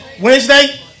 Wednesday